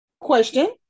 Question